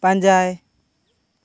ᱯᱟᱸᱡᱟᱭ